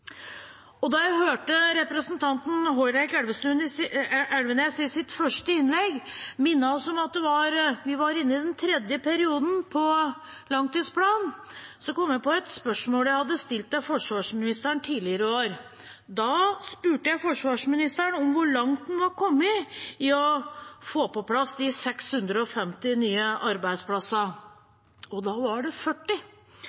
investeringer. Da jeg hørte representanten Hårek Elvenes i sitt første innlegg minne oss om at vi var inne i den tredje perioden i langtidsplanen, kom jeg på et spørsmål jeg hadde stilt til forsvarsministeren tidligere. Da spurte jeg forsvarsministeren hvor langt han var kommet i å få på plass de 650 nye